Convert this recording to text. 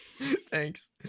thanks